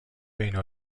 بین